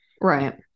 Right